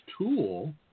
tool